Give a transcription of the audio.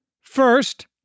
First